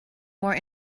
more